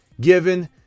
given